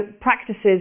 practices